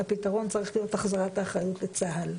הפתרון צריך להיות החזרת האחריות לצה"ל,